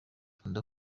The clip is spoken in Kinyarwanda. nkunda